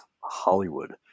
Hollywood